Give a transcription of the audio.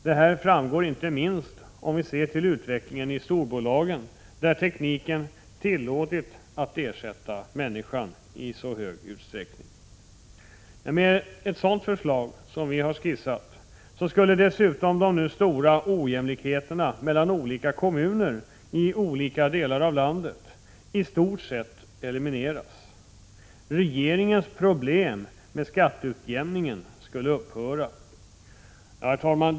Detta framgår inte minst om vi ser till utvecklingen i storbolagen, där tekniken i så hög utsträckning har tillåtits ersätta människan. Med ett sådant förslag som vpk har skissat skulle dessutom de nu stora ojämlikheterna mellan kommuner i olika delar av landet i stort sett elimineras. Regeringens problem med skatteutjämningen skulle upphöra. Herr talman!